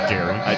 Gary